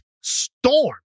storm